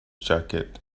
jacket